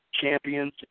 champions